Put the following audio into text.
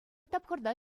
тапхӑрта